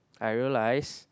I realised